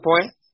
point